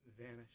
vanish